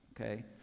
Okay